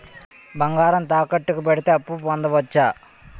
బంగారం తాకట్టు కి పెడితే అప్పు పొందవచ్చ?